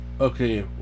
Okay